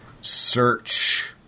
search